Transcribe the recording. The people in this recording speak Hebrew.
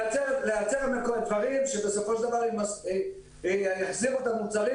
לייצר דברים שבסופו של דבר יחזירו את המוצרים,